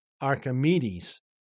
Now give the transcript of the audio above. Archimedes